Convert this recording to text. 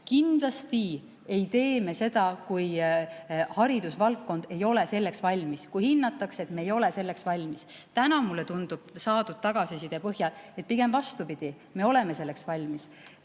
Kindlasti ei tee me seda, kui haridusvaldkond ei ole selleks valmis, kui hinnatakse, et me ei ole selleks valmis. Täna mulle tundub saadud tagasiside põhjal, et pigem vastupidi, me oleme selleks valmis.